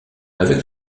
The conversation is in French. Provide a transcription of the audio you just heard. avec